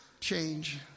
change